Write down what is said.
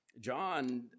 John